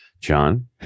John